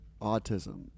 autism